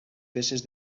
peces